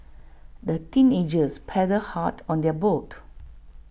the teenagers paddled hard on their boat